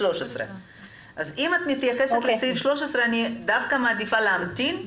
אם את מתייחסת לתקנה 13 אני מעדיפה להמתין.